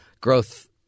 growth